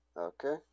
Okay